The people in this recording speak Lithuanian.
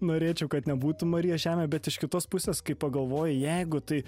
norėčiau kad nebūtų marijos žemė bet iš kitos pusės kai pagalvoji jeigu tai